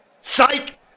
Psych